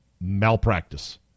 malpractice